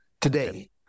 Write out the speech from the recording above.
today